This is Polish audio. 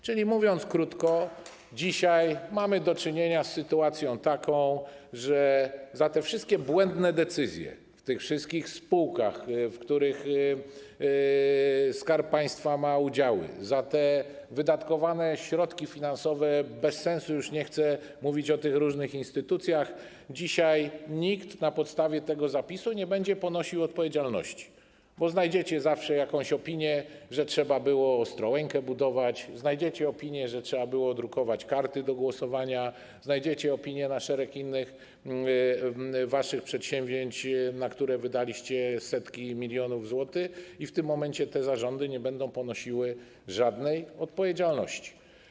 Czyli, mówiąc krótko, dzisiaj mamy do czynienia z sytuacją taką, że za te wszystkie błędne decyzje w tych wszystkich spółkach, w których Skarb Państwa ma udziały, za te środki finansowe wydatkowane bez sensu, już nie chcę mówić o tych różnych instytucjach, dzisiaj nikt na podstawie tego zapisu nie będzie ponosił odpowiedzialności, bo znajdziecie zawsze jakąś opinię, że trzeba było Ostrołękę budować, znajdziecie opinię, że trzeba było drukować karty do głosowania, znajdziecie opinię odnoszącą się do szeregu innych waszych przedsięwzięć, na które wydaliście setki milionów złotych, i w tym momencie te zarządy nie będą ponosiły żadnej odpowiedzialności.